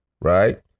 right